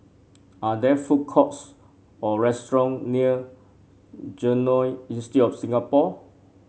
are there food courts or restaurant near Genome Institute of Singapore